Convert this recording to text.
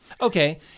Okay